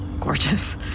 gorgeous